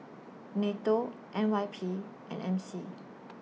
NATO N Y P and M C